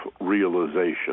realization